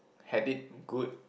had it good